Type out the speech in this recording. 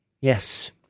Yes